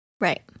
right